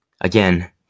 again